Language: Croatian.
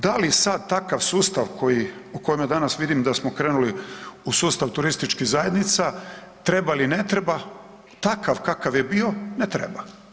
Da li sad takav sustav koji, o kojem danas vidim da smo krenuli u sustav turističkih zajednica treba ili ne treba, takav kakav je bio ne treba.